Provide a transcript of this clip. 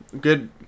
Good